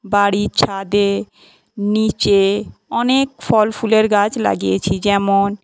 বাড়ির ছাদে নীচে অনেক ফল ফুলের গাছ লাগিয়েছি যেমন